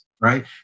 right